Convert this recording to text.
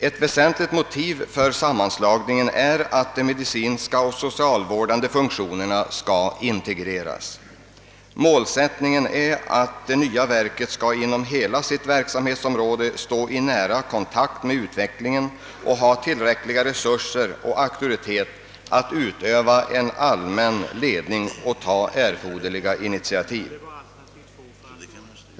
Ett väsentligt motiv för sammanslagningen är att de medicinska och socialvårdande funktionerna skall integreras. Målsättningen är att det nya verket skall inom hela sitt verksamhetsområde stå i nära kontakt med utvecklingen och ha tillräckliga resurser och tillräcklig auktoritet att utöva en allmän ledning och ta erforderliga initiativ.